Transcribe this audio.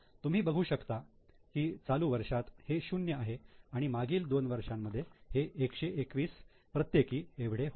तुम्ही बघू शकतात कि चालू वर्षात हे शून्य आहे आणि मागील दोन वर्षांमध्ये हे 121 प्रत्येकी एवढे होते